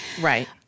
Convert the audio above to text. right